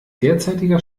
derzeitiger